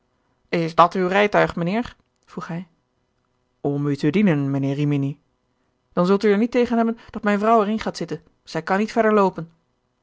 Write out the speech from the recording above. is dat uw rijtuig mijnheer vroeg hij om u te dienen mijnheer rimini dan zult u er niet tegen hebben dat mijne vrouw erin gaat zitten zij kan niet verder loopen